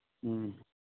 ꯎꯝ